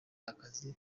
akazi